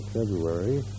February